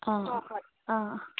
ꯑ ꯑ ꯑ ꯑ